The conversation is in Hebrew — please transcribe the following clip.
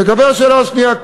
לגבי השאלה השנייה,